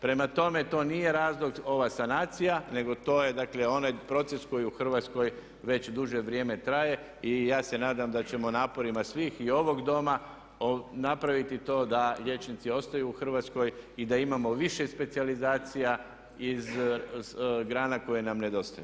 Prema tome, to nije razlog ova sanacija nego to je dakle onaj proces koji u Hrvatskoj već duže vrijeme traje i ja se nadam da ćemo naporima svih i ovog Doma napraviti to da liječnici ostaju u Hrvatskoj i da imamo više specijalizacija iz grana koje nam nedostaju.